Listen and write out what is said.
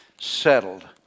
settled